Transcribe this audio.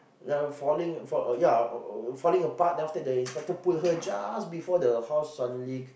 the falling fall ya falling apart then after that the inspector pull her jars before the house suddenly